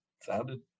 sounded